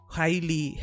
highly